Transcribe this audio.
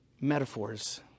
metaphors